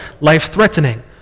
life-threatening